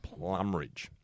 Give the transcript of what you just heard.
Plumridge